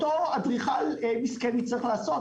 אותו אדריכל מסכן צריך לעשות,